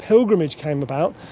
pilgrimage came about,